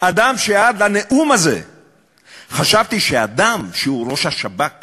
אדם שעד הנאום הזה חשבתי שאדם שהיה ראש השב"כ